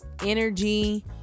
energy